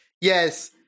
Yes